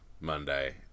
Monday